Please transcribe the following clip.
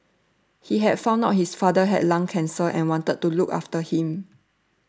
he had found out his father had lung cancer and wanted to look after him